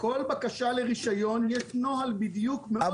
כל בקשה לרישיון יש נוהל בדיוק מאוד מאוד.